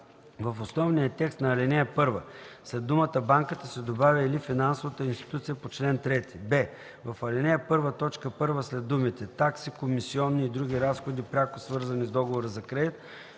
в основния текст на ал. 1 след думата „банката” се добавя „или финансовата институция по чл. 3”; б) в ал. 1, т. 1 след думите „(такси, комисионни и други разходи, пряко свързани с договора за кредит)”